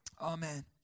Amen